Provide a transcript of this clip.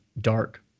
dark